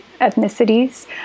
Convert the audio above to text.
ethnicities